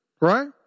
right